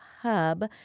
hub